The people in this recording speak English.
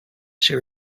she